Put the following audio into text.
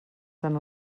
tan